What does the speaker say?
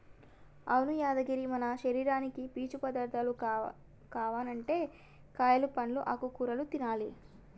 అవును యాదగిరి మన శరీరానికి పీచు పదార్థాలు కావనంటే కాయలు పండ్లు ఆకుకూరలు తినాలి